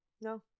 No